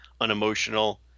unemotional